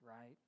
right